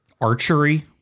Archery